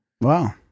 Wow